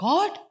God